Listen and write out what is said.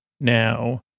Now